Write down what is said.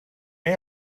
may